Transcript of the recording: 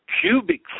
cubic